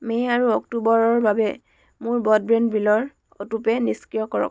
মে' আৰু অক্টোবৰৰ বাবে মোৰ ব্ৰডবেণ্ড বিলৰ অটোপে' নিষ্ক্ৰিয় কৰক